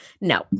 No